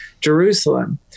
Jerusalem